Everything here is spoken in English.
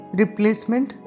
replacement